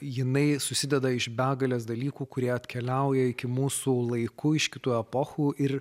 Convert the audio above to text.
jinai susideda iš begalės dalykų kurie atkeliauja iki mūsų laikų iš kitų epochų ir